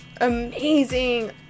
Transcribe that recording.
amazing